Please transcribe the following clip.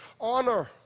honor